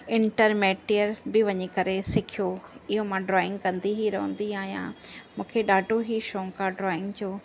इंटरमैटियर बि वञी करे सिखियो इहो मां ड्राइंग कंदी ई रहंदी आहियां मूंखे ॾाढो ई शौक़ु आहे ड्राइंग जो